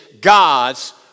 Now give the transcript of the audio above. God's